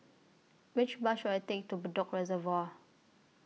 Which Bus should I Take to Bedok Reservoir